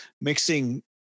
mixing